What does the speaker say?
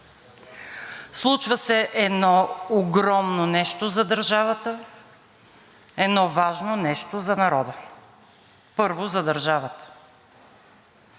Случва се едно огромно нещо за държавата, едно важно нещо за народа. Първо, за държавата.